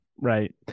Right